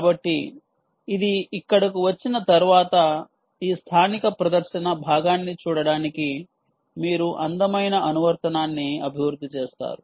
కాబట్టి ఇది ఇక్కడకు వచ్చిన తర్వాత ఈ స్థానిక ప్రదర్శన భాగాన్ని చూడటానికి మీరు అందమైన అనువర్తనాన్ని అభివృద్ధి చేస్తారు